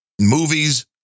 movies